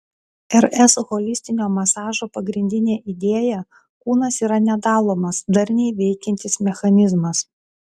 rs holistinio masažo pagrindinė idėja kūnas yra nedalomas darniai veikiantis mechanizmas